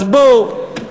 אז בואו,